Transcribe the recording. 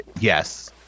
yes